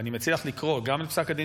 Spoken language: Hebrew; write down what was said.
ואני מציע לך לקרוא גם את פסק הדין